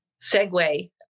segue